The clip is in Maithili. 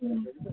हूँ